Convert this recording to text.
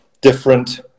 different